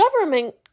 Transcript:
government